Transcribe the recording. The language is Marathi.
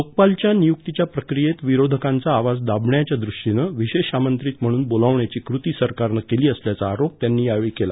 लोकपालच्या नियुक्तीच्या प्रक्रियेत विरोधकांचा आवाज दाबवण्याच्या द्रष्टीनं विशेष आमंत्रित म्हणून बोलावण्याची कृती सरकारनं केली असल्याचा आरोप त्यांनी यावेळी केला